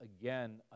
again